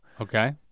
Okay